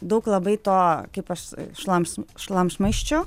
daug labai to kaip aš šlamšt šlamštmaisčio